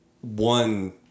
one